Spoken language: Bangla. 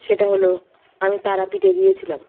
সেটা হলো আমি তারাপীঠে গিয়েছিলাম